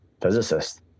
physicist